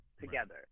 together